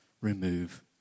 remove